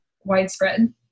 widespread